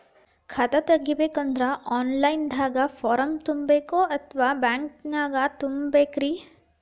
ಖಾತಾ ತೆಗಿಬೇಕಂದ್ರ online ದಾಗ ಫಾರಂ ತುಂಬೇಕೊ ಅಥವಾ ಬ್ಯಾಂಕನ್ಯಾಗ ತುಂಬ ಬೇಕ್ರಿ?